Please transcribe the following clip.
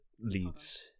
leads